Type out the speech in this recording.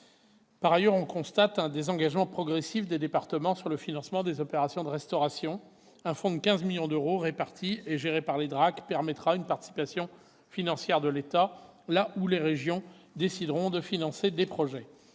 Par ailleurs, on constate un désengagement progressif des départements du financement des opérations de restauration ; un fonds de 15 millions d'euros, réparti entre les DRAC et géré par elles, permettra une participation financière de l'État là où les régions décideront de financer des projets.